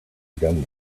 done